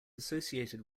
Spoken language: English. associated